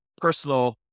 personal